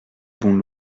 bon